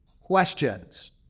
questions